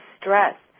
stress